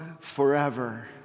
forever